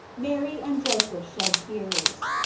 mary and joseph shed tears.